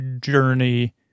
journey